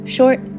Short